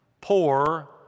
poor